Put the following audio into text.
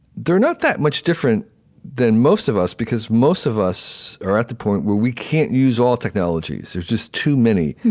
they're not that much different than most of us, because most of us are at the point where we can't use all technologies. there's just too many.